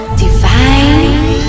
divine